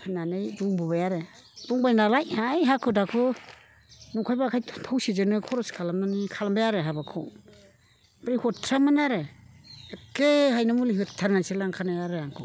होननानै बुंबोबाय आरो बुंबाय नालाय है हाखु दाखु नंखाय बाखाय थौसेजोंनो खरस खालामनानै खालामबाय आरो हाबाखौ ओमफ्राय हथ्र'दामोन आरो एखे हायनामुलि होथारनासो लांखानाय आरो आंखौ